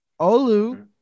Olu